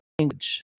language